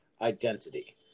identity